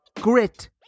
grit